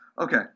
Okay